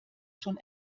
schon